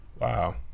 Wow